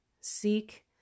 Seek